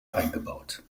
eingebaut